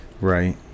Right